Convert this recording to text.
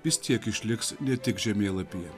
vis tiek išliks ne tik žemėlapyje